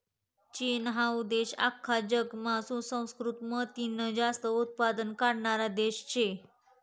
चीन हाऊ देश आख्खा जगमा सुसंस्कृत मोतीनं जास्त उत्पन्न काढणारा देश शे